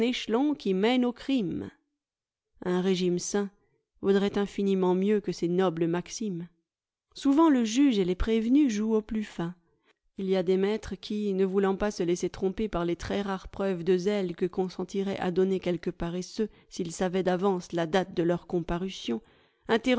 oui mène au crime un régime sain vaudrait infiniment mieux que ces nobles maximes souvent le juge et les prévenus jouent au plus fin il y a des maîtres qui ne voulant pas se laisser tromper par les très rares preuves de zèle que consentiraient à donner quelques paresseux s'ils savaient d'avance la date de leur comparution